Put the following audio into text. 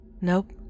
Nope